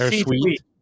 sweet